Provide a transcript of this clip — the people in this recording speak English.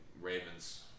Ravens